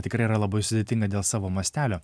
tikrai yra labai sudėtinga dėl savo mastelio